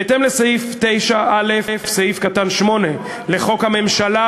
בהתאם לסעיף 9(א)(8) לחוק הממשלה,